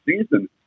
season